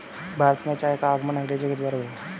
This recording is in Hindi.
भारत में चाय का आगमन अंग्रेजो के द्वारा हुआ